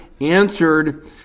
answered